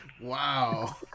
Wow